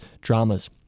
dramas